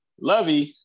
Lovey